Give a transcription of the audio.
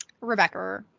Rebecca